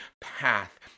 path